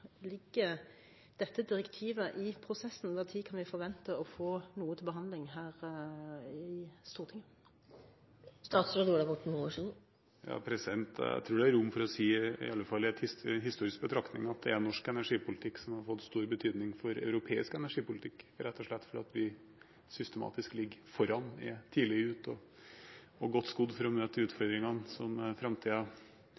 ligger dette direktivet? Når kan vi forvente å få noe til behandling her i Stortinget? Jeg tror det er rom for å si – i alle fall som en historisk betraktning – at det er norsk energipolitikk som har fått stor betydning for europeisk energipolitikk, rett og slett fordi vi systematisk ligger foran, er tidlig ute og godt skodd for å møte